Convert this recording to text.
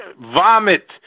vomit